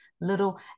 little